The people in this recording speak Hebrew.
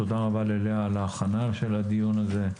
תודה רבה ללאה על ההכנה של הדיון הזה,